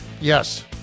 Yes